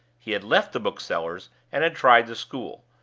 he had left the bookseller's, and had tried the school.